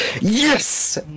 Yes